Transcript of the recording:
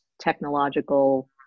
technological